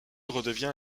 redevient